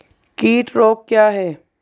कीट रोग क्या है?